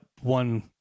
one